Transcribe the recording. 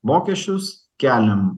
mokesčius keliam